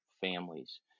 families